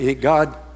God